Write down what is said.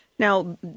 Now